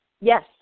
Yes